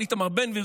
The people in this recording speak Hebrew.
אבל איתמר בן גביר,